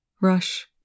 Rush